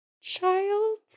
Child